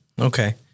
Okay